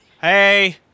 Hey